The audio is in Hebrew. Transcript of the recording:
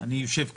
אני יושב כאן,